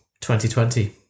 2020